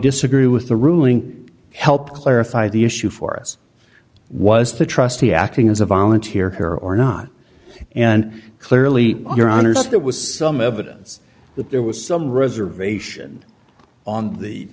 disagree with the ruling helped clarify the issue for us was the trustee acting as a volunteer here or not and clearly your honor so there was some evidence that there was some reservation on the